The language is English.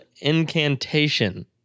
Incantation